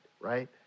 right